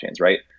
right